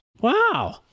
wow